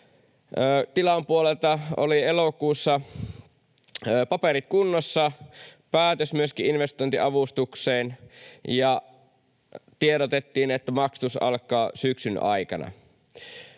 tilan puolelta oli elokuussa paperit kunnossa, päätös myöskin investointiavustukseen, ja tiedotettiin, että maksatus alkaa syksyn aikana.